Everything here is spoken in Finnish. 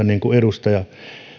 niin kuin edustaja